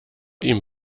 ihm